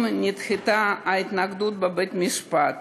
אם נדחתה ההתנגדות בבית-המשפט,